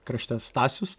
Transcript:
krašte stasius